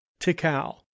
Tikal